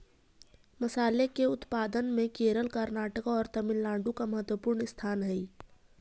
मसाले के उत्पादन में केरल कर्नाटक और तमिलनाडु का महत्वपूर्ण स्थान हई